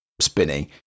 spinning